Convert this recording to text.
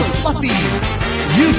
fluffy